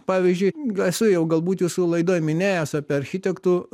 pavyzdžiui esu jau galbūt jūsų laidoj minėjęs apie architektų